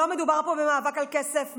לא מדובר פה במאבק על כסף,